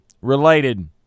related